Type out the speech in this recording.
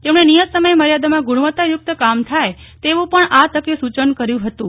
તેમણે નિયત સમયમર્યાદામાં ગુણવત્તાયુકત કામ થાય તેવું પણ આ તકે સૂચન કર્યું હતું